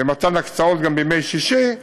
ומתן הקצאות גם בימי שישי.